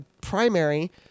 primary